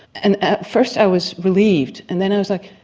and at first i was relieved, and then i was like,